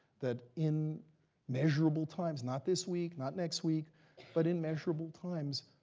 that in measurable times not this week, not next week but in measurable times,